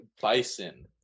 bison